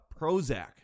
Prozac